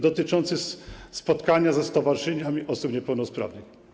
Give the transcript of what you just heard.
Dotyczy to spotkania ze stowarzyszeniami osób niepełnosprawnych.